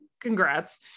Congrats